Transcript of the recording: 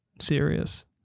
serious